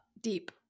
deep